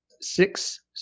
six